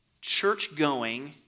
church-going